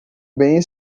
bem